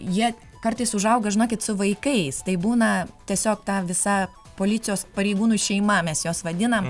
jie kartais užauga žinokit su vaikais tai būna tiesiog ta visa policijos pareigūnų šeima mes juos vadinam